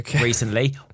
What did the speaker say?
recently